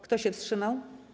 Kto się wstrzymał?